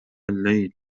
الليل